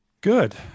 Good